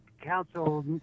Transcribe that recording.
council